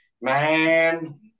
Man